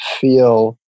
feel